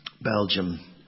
Belgium